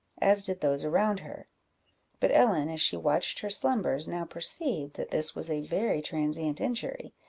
as did those around her but ellen, as she watched her slumbers, now perceived that this was a very transient injury,